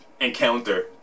encounter